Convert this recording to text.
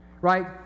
Right